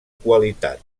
qualitat